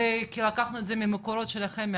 כי לקחנו את זה ממקורות שלכם,